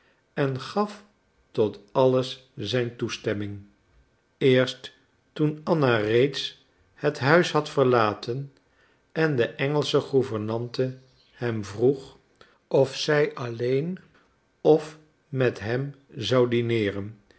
en gaf tot alles zijn toestemming eerst toen anna reeds het huis had verlaten en de engelsche gouvernante hem vroeg of zij alleen of met hem zou dineeren